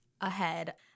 ahead